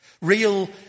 Real